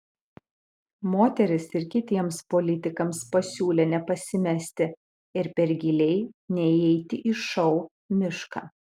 moteris ir kitiems politikams pasiūlė nepasimesti ir per giliai neįeiti į šou mišką